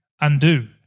undo